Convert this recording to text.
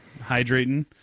Hydrating